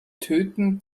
töten